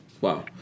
Wow